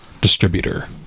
distributor